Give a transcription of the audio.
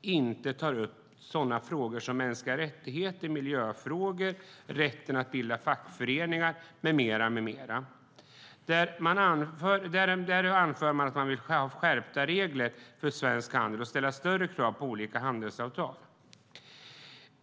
inte tar upp sådana frågor som mänskliga rättigheter, miljöfrågor, rätt att bilda fackföreningar med mera. Där anför man att man vill ha skärpta regler för svensk handel och att det ska ställas större krav på olika handelsavtal.